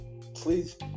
please